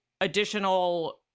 additional